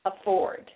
afford